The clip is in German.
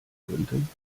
könnten